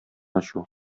ачу